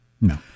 No